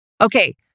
Okay